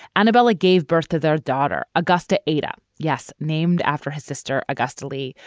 anabella gave birth to their daughter, agusta. ada, yes, named after his sister agusta lee,